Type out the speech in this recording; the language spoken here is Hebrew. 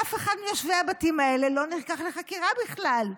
אף אחד מיושבי הבתים האלה לא נלקח לחקירה בכלל.